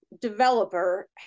developer